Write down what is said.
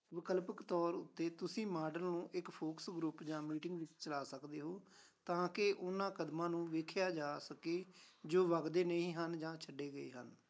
ਵਿਕਲਪਿਕ ਤੌਰ ਉੱਤੇ ਤੁਸੀਂ ਮਾਡਲ ਨੂੰ ਇੱਕ ਫੋਕਸ ਗਰੁੱਪ ਜਾਂ ਮੀਟਿੰਗ ਵਿੱਚ ਚਲਾ ਸਕਦੇ ਹੋ ਤਾਂਕਿ ਉਨ੍ਹਾਂ ਕਦਮਾਂ ਨੂੰ ਵੇਖਿਆ ਜਾ ਸਕੇ ਜੋ ਵਗਦੇ ਨਹੀਂ ਹਨ ਜਾਂ ਛੱਡੇ ਗਏ ਹਨ